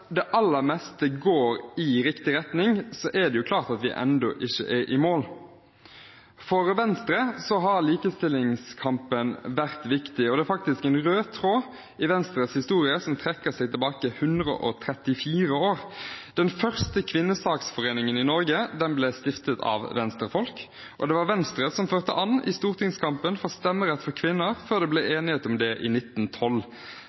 det aller meste går i riktig retning, er det klart at vi ennå ikke er i mål. For Venstre har likestillingskampen vært viktig, og det er faktisk en rød tråd i Venstres historie som strekker seg 134 år tilbake. Den første kvinnesaksforeningen i Norge ble stiftet av Venstre-folk, og det var Venstre som førte an i stortingskampen for stemmerett for kvinner, før det ble